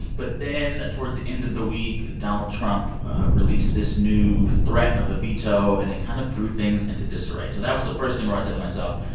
but then towards the end of the week, donald trump released this new threat of a veto, and it kind of threw things into disarray. so that was the first thing where i said to myself,